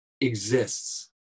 exists